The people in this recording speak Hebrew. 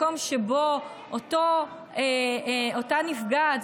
מקום שבו אותה נפגעת,